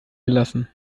gelassen